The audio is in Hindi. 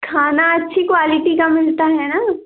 खाना अच्छी क्वालिटी का मिलता है ना